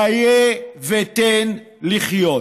חיה ותן לחיות.